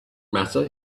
matter